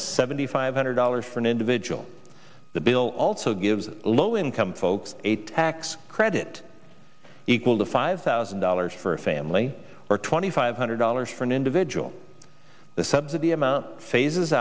seventy five hundred dollars for an individual the bill also gives low income folks a tax credit equal to five thousand dollars for a family or twenty five hundred dollars for an individual the subsidy amount phases